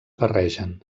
barregen